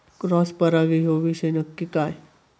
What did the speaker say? Cross परागी ह्यो विषय नक्की काय?